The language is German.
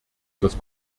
das